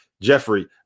Jeffrey